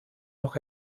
noch